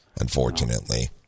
unfortunately